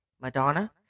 Madonna